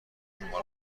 شما